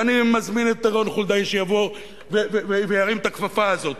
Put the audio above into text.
ואני מזמין את רון חולדאי שיבוא וירים את הכפפה הזאת,